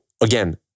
again